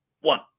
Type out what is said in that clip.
one